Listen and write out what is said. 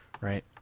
Right